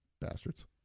bastards